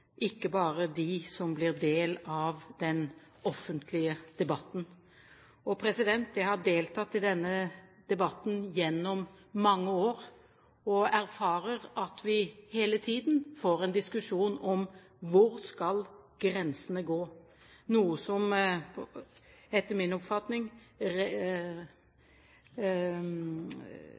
ikke bare for dem som blir del av den offentlige debatten. Jeg har deltatt i denne debatten gjennom mange år og erfarer at vi hele tiden får en diskusjon om hvor grensene skal gå, noe som etter min oppfatning